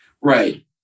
Right